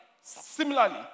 similarly